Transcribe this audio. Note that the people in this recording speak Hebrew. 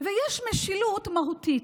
ויש משילות מהותית,